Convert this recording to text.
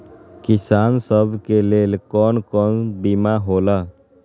किसान सब के लेल कौन कौन सा बीमा होला?